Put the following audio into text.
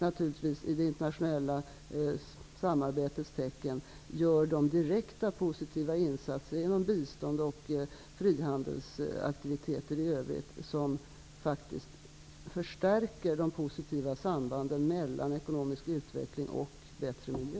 Naturligtvis måste man i det internationella samarbetets tecken göra de direkt positiva insatser, genom bistånd och frihandelsaktiviteter i övrigt, som faktiskt förstärker de positiva sambanden mellan ekonomisk utveckling och bättre miljö.